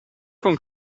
con